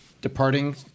departing